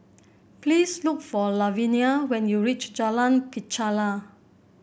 please look for Lavinia when you reach Jalan Pacheli